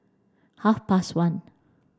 half past one